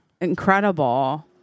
Incredible